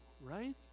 right